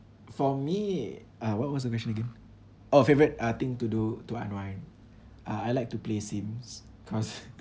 for me uh what was the question again oh favorite uh thing to do to unwind uh I like to play Sims cause